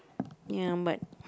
ya but